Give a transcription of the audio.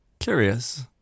Curious